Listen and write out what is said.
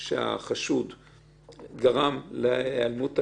לא אנחנו מבקשים לשנות אותו.